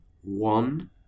One